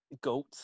goat